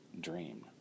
dream